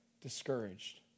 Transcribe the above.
discouraged